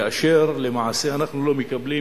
כאשר למעשה אנחנו לא מקבלים,